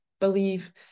believe